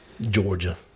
Georgia